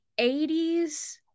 80s